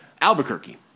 Albuquerque